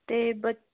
ਤੇ ਬੱ